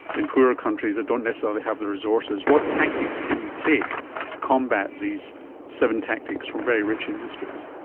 in poorer countries that don't necessarily have the resources, what tactics can you take to combat these seven tactics from very rich industries?